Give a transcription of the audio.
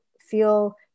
feel